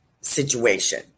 situation